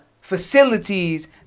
facilities